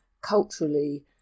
culturally